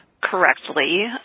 correctly